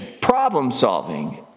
problem-solving